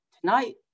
tonight